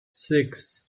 six